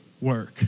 work